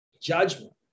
judgment